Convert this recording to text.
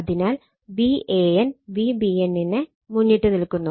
അതിനാൽ Van Vbn നെ മുന്നിട്ട് നിൽക്കുന്നു